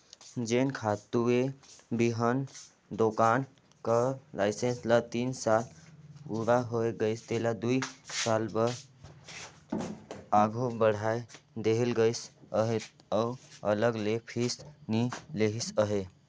जेन खातूए बीहन दोकान कर लाइसेंस ल तीन साल पूरा होए गइस तेला दुई साल बर आघु बढ़ाए देहल गइस अहे अउ अलग ले फीस नी लेहिस अहे